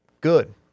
good